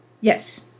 Yes